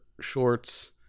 shorts